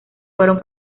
fueron